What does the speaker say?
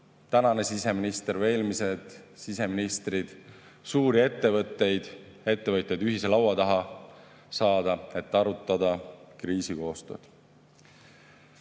tänane siseminister või eelmised siseministrid suuri ettevõtteid, ettevõtjaid, ühise laua taha saada, et arutada kriisikoostööd. Ei